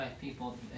people